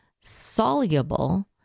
soluble